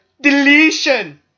deletion